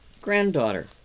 granddaughter